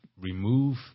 remove